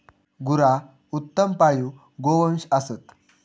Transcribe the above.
गुरा उत्तम पाळीव गोवंश असत